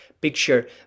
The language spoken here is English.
picture